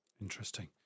Interesting